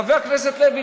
חבר הכנסת לוי,